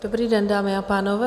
Dobrý den, dámy a pánové.